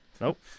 Nope